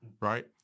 Right